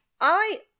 I-